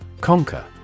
Conquer